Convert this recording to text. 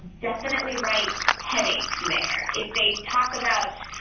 definitely write headache there. if they talk about